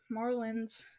Marlins